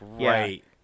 right